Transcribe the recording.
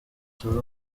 tube